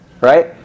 right